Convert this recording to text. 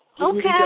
Okay